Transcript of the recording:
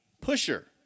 pusher